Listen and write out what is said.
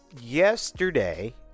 yesterday